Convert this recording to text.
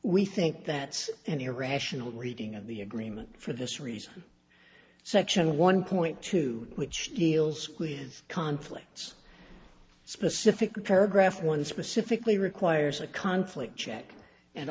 we think that's an irrational reading of the agreement for this reason section one point two which deals with conflicts specific paragraph one specifically requires a conflict check and